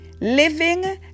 Living